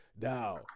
Now